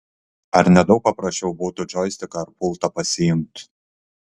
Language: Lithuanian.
ar ne daug paprasčiau būtų džoistiką ar pultą pasiimt